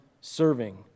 serving